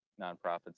nonprofits